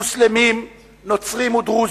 מוסלמים, נוצרים ודרוזים.